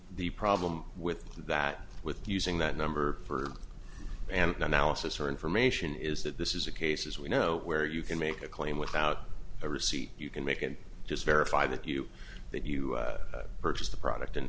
the problem with that with using that number for and analysis or information is that this is a case as we know where you can make a claim without a receipt you can make and just verify that you that you purchased the product and